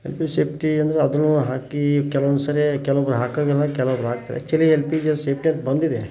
ಈಗ ಸೇಫ್ಟಿ ಅಂದರೆ ಅದನ್ನು ಹಾಕಿ ಕೆಲವೊಂದ್ಸರಿ ಕೆಲವೊಬ್ಬರು ಹಾಕೋಂಗಿಲ್ಲ ಕೆಲವೊಬ್ರು ಹಾಕ್ತಾರೆ ಆ್ಯಕ್ಚುಲಿ ಎಲ್ ಪಿ ಜಿಯಲ್ಲಿ ಸೇಫ್ಟಿ ಅಂತ ಬಂದಿದೆ